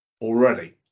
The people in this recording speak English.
already